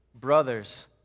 Brothers